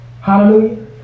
Hallelujah